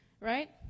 Right